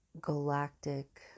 galactic